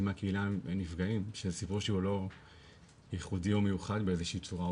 מהקהילה נפגעים שהסיפור שהוא לא ייחודי או מיוחד באיזושהי צורה,